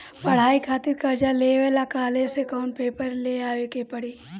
पढ़ाई खातिर कर्जा लेवे ला कॉलेज से कौन पेपर ले आवे के पड़ी?